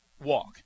Walk